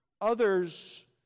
Others